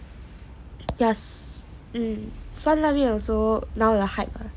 yes 酸辣味 also now the hype ah